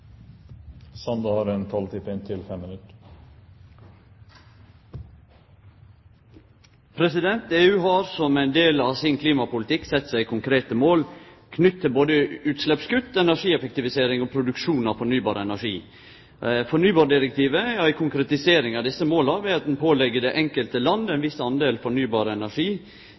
EU har som ein del av sin klimapolitikk sett seg konkrete mål knytte til både utsleppskutt, energieffektivisering og produksjon av fornybar energi. Fornybardirektivet er ei konkretisering av desse måla ved at ein pålegg det enkelte landet ein viss del fornybar energi